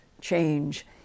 change